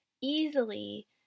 easily